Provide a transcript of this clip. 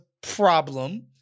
problem